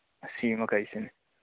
ꯑꯁꯤꯃꯒꯩꯁꯤꯅꯤ